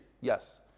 yes